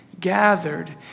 gathered